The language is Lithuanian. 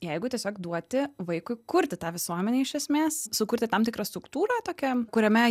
jeigu tiesiog duoti vaikui kurti tą visuomenę iš esmės sukurti tam tikrą struktūrą tokią kuriame